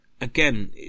again